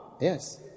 Yes